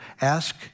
ask